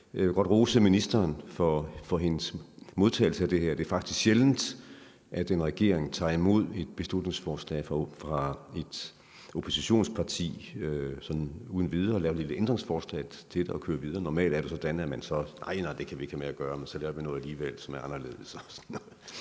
jeg vil godt rose ministeren for hendes modtagelse af det her. Det er faktisk sjældent, at en regering tager imod et beslutningsforslag fra et oppositionsparti sådan uden videre. Man laver et lille ændringsforslag til det og kører videre. Normalt er det sådan, at man siger, at nej, nej, det kan vi ikke have med at gøre, og så laver vi noget alligevel, som er anderledes